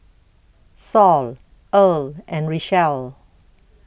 Saul Earle and Richelle